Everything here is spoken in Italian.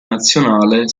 nazionale